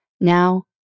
Now